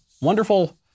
wonderful